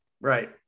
Right